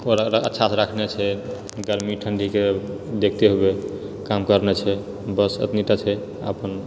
ओकरा अच्छासँ राखनै छै गर्मी ठण्डीके देखते हुए काम करनाइ छै बस एतनीटा छै अपन